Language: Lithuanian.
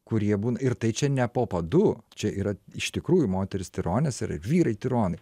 kurie būna ir tai čia ne po padu čia yra iš tikrųjų moterys tironės ir vyrai tironai